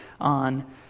on